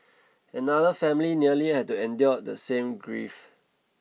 another family nearly had to endure the same grief